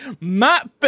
Matt